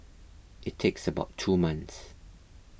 it takes about two months